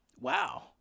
Wow